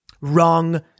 Wrong